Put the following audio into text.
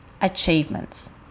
achievements